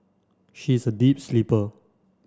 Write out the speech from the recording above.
she is a deep sleeper